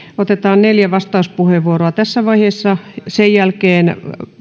otetaan neljä vastauspuheenvuoroa tässä vaiheessa sen jälkeen